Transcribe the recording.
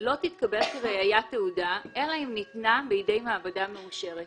לא תתקבל כראיה תעודה אלא אם ניתנה בידי מעבדה מאושרת".